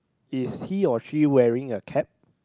is he or she wearing a cap